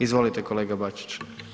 Izvolite kolega Bačić.